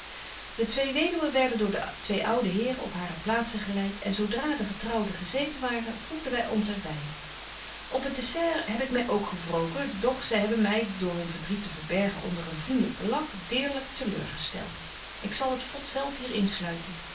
de twee weduwen werden door de twee oude heren op hare plaatzen geleit en zo dra de getrouwden gezeten waren voegden wy ons er by op het dessert heb ik my ook gewroken doch zy hebben my door hun verdriet te verbergen onder een vriendelyken lach deerlyk te leur gestelt ik zal het vod zelf hier in